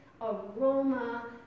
aroma